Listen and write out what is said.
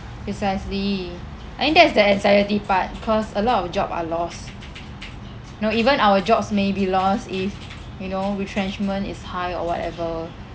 precisely I think that's the anxiety part cause a lot of job are lost no even our jobs may be lost if you know retrenchment is high or whatever